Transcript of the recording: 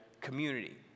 community